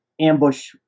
ambush